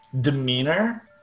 demeanor